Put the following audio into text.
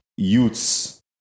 Youths